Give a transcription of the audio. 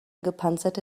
gepanzerte